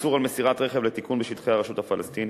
איסור מסירת רכב לתיקון בשטחי הרשות הפלסטינית,